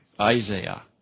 Isaiah